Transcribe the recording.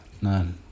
none